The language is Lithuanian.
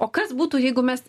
o kas būtų jeigu mes